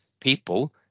people